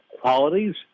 qualities